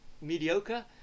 mediocre